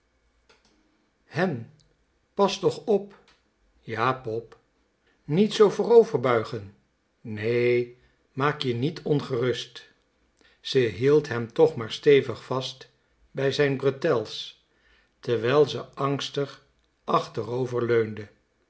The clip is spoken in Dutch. hen pas toch op ja pop niet zoo voorover buigen nee maak je niet ongerust ze hield hem toch maar stevig vast bij zijn bretels terwijl ze angstig achterover leunde